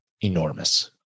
enormous